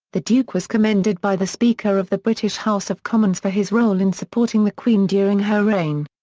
the duke was commended by the speaker of the british house of commons for his role in supporting the queen during her reign.